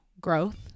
growth